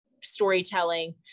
storytelling